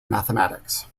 mathematics